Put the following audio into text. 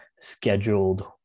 scheduled